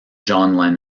john